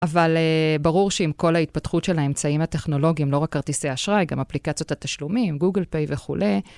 אבל ברור שעם כל ההתפתחות של האמצעים הטכנולוגיים, לא רק כרטיסי אשראי, גם אפליקציות התשלומים, גוגל פיי וכולי,